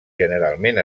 generalment